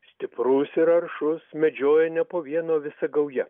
stiprus ir aršus medžioja ne po vieną o visa gauja